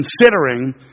considering